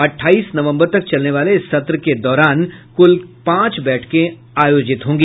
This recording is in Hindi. अठाईस नवम्बर तक चलने वाले इस सत्र के दौरान कुल पांच बैठकें होंगी